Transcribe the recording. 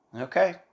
Okay